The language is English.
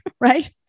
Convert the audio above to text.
right